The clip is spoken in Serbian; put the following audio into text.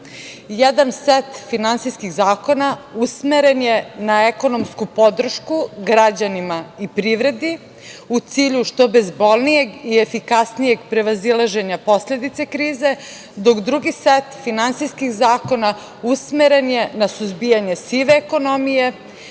set finansijskih zakona usmeren je na ekonomsku podršku građanima i privredi u cilju što bezbolnijeg i efikasnijeg prevazilaženja posledica krize, dok drugi set finansijskih zakona usmeren je na suzbijanje sive ekonomije,